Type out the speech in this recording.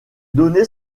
données